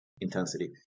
intensity